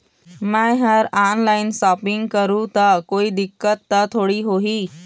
मैं हर online shopping करू ता कोई दिक्कत त थोड़ी होही?